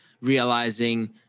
realizing